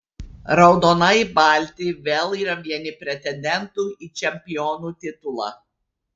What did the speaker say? raudonai balti vėl yra vieni pretendentų į čempionų titulą